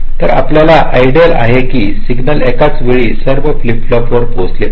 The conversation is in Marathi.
तर आपल्याला आयडियल आहे की सिग्नल एकाच वेळी सर्व फ्लिप फ्लॉप पोहोचला पाहिजे